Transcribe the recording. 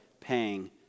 paying